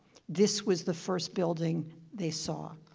this was the first building they saw